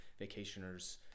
vacationers